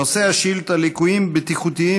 נושא השאילתה: ליקויים בטיחותיים